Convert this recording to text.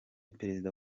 perezida